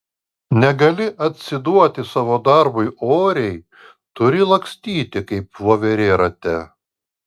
negali atsiduoti savo darbui oriai turi lakstyti kaip voverė rate